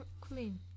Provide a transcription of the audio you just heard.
clean